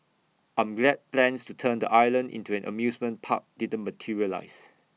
I'm glad plans to turn the island into an amusement park didn't materialise